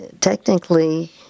technically